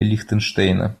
лихтенштейна